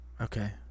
okay